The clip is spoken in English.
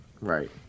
right